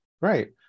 Right